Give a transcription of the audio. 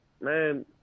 man